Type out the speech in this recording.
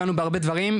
נגענו בהרבה דברים,